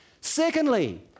Secondly